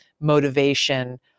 motivation